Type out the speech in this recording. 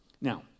Now